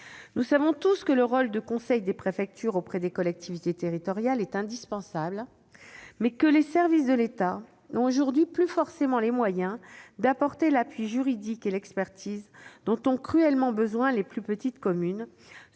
Nous le savons tous, le rôle de conseil des préfectures auprès des collectivités territoriales est indispensable, mais les services de l'État n'ont aujourd'hui plus forcément les moyens d'apporter l'appui juridique et l'expertise dont ont cruellement besoin les plus petites communes,